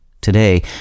Today